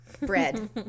bread